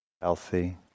Healthy